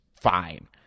fine